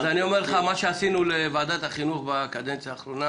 אז אני אומר לך: מה שעשינו בוועדת החינוך בקדנציה האחרונה